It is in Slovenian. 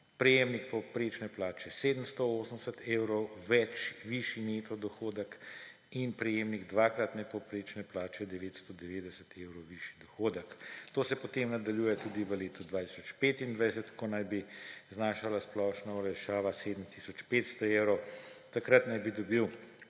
prejemnik povprečne plače – 780 evrov višji neto dohodek in prejemnik dvakratne povprečne plače – 990 evrov višji dohodek. To se potem nadaljuje tudi v letu 2025, ko naj bi znašala splošna olajšava 7 tisoč 500 evrov. Takrat naj bi dobil